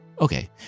Okay